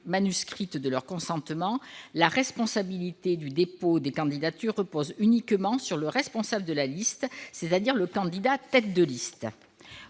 manuscrite de leur consentement, la responsabilité du dépôt des candidatures repose uniquement sur le responsable de la liste, c'est-à-dire le candidat tête de liste.